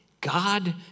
God